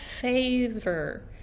favor